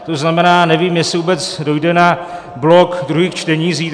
To znamená, nevím, jestli vůbec dojde na blok druhých čtení zítra.